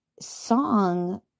song